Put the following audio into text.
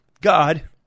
God